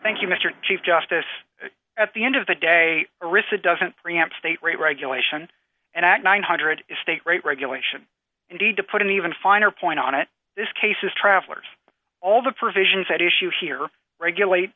thank you mr chief justice at the end of the day or if it doesn't preempt state regulation and act nine hundred is state regulation indeed to put an even finer point on it this case is travelers all the provisions at issue here regulate